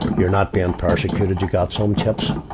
you're not being persecuted. you got some chips.